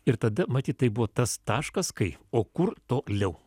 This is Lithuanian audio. ir tada matyt tai buvo tas taškas kai o kur toliau